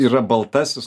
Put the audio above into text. yra baltasis